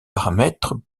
paramètre